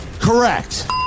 correct